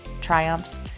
triumphs